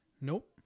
nope